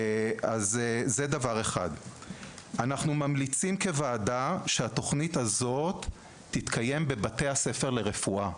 אנחנו ממליצים שהתכנית הזאת תתקיים בבתי הספר לרפואה.